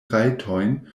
rajtojn